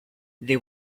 they